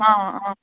ആ ആ ആ